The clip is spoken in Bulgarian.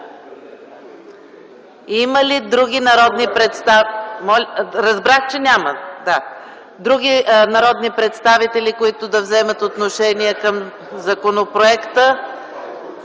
Има ли други народни представители, които желаят да вземат отношение по законопроекта?